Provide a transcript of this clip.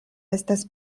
estas